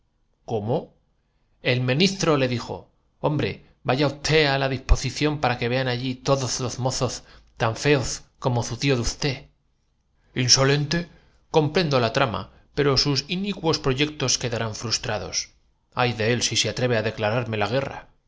el meniztro le dijo hombre vaya usté á la dizpocición para que vean allí que todoz no zomoz tan feoz como zu tío de usté capitán de húsares que al principio de esta historia se i insolente comprendo la trama pero sus inicuos apeó del ómnibus en la cabecera del puente proyectos quedarán frustrados ay de él si se atreve quién ha venido iiabéis visto á álguien por el á declararme la guerra